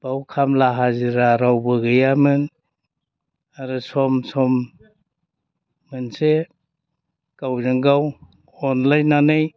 बेयाव खामला हाजिरा रावबो गैयामोन आरो सम सम मोनसे गावजों गाव अनज्लायनानै